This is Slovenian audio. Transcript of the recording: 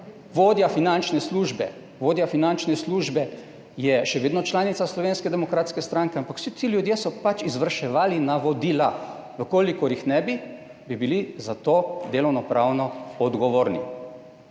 vodja finančne službe, je še vedno članica Slovenske demokratske stranke, ampak vsi ti ljudje so pač izvrševali navodila. V kolikor jih ne bi, bi bili za to delovno pravno odgovorni.